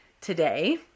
today